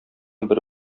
бер